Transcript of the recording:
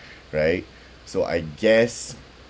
right so I guess